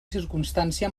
circumstància